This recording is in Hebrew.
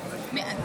שעה,